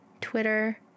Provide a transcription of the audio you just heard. twitter